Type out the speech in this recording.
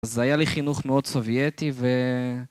אז היה לי חינוך מאוד סובייטי ו...